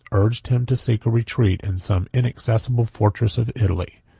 urged him to seek a retreat in some inaccessible fortress of italy,